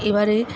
এবারে